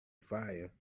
fire